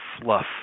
fluff